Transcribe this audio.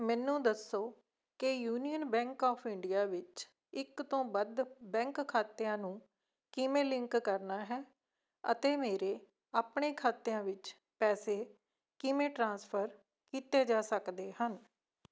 ਮੈਨੂੰ ਦੱਸੋ ਕਿ ਯੂਨੀਅਨ ਬੈਂਕ ਆਫ ਇੰਡੀਆ ਵਿੱਚ ਇੱਕ ਤੋਂ ਵੱਧ ਬੈਂਕ ਖਾਤਿਆਂ ਨੂੰ ਕਿਵੇਂ ਲਿੰਕ ਕਰਨਾ ਹੈ ਅਤੇ ਮੇਰੇ ਆਪਣੇ ਖਾਤਿਆਂ ਵਿੱਚ ਪੈਸੇ ਕਿਵੇਂ ਟ੍ਰਾਂਸਫਰ ਕੀਤੇ ਜਾ ਸਕਦੇ ਹਨ